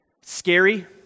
scary